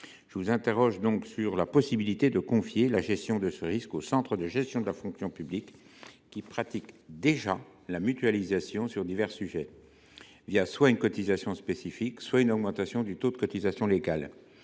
Je vous interroge donc sur la possibilité de confier la gestion de ce risque aux centres de gestion de la fonction publique, qui pratiquent déjà la mutualisation sur divers sujets, soit une cotisation spécifique, soit une augmentation du taux de cotisation légal.